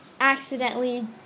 accidentally